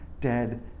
dead